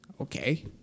okay